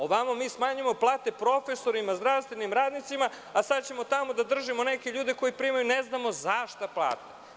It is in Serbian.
Ovamo smanjujemo plate profesorima, zdravstvenim radnicima, a sada ćemo tamo da držimo neke ljude koji primaju ne znamo za šta pare.